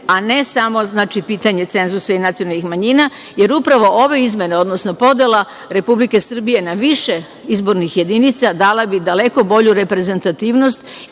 a ne samo pitanje cenzusa i nacionalnih manjina, jer upravo ove izmene, odnosno podela Republike Srbije na više izbornih jedinica dala bi daleko bolju reprezentativnost